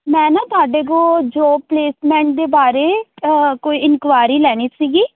ਮੈਂ ਨਾ ਤੁਹਾਡੇ ਕੋਲ ਜੋਬ ਪਲੇਸਮੈਂਟ ਦੇ ਬਾਰੇ ਕੋਈ ਇਨਕੁਇਰੀ ਲੈਣੀ ਸੀਗੀ